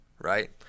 right